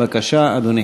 בבקשה, אדוני.